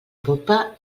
popa